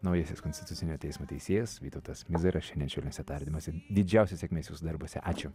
naujasis konstitucinio teismo teisėjas vytautas mizaras šiandien švelniuose tardymuose ir didžiausios sėkmės jūsų darbuose ačiū